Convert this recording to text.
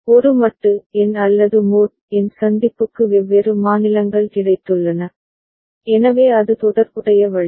ஒரு மட்டு என் அல்லது மோட் என் சந்திப்புக்கு வெவ்வேறு மாநிலங்கள் கிடைத்துள்ளன எனவே அது தொடர்புடைய வழி